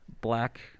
black